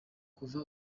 kuva